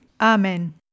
Amen